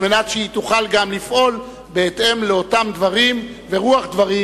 על מנת שהיא תוכל גם לפעול בהתאם לאותם דברים ורוח דברים